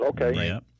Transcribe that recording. Okay